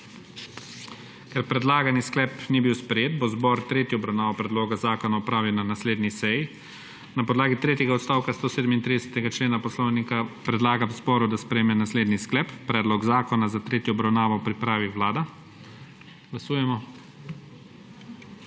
Ker predlagani sklep ni bil sprejet, bo zbor tretjo obravnavo predloga zakona opravil na naslednji seji. Na podlagi tretjega odstavka 137. člena Poslovnika predlagam zboru, da sprejme naslednji sklep: Predlog zakona za tretjo obravnavo pripravi Vlada. Glasujemo.